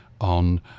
on